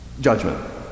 judgment